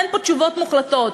אין פה תשובות מוחלטות,